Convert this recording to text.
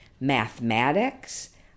mathematics